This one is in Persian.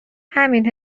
همین